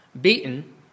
beaten